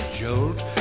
jolt